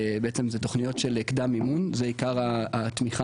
בעצם זה תוכניות של קדם מימון, זו עיקר התמיכה.